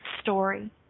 story